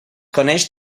coneix